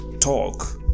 talk